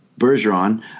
Bergeron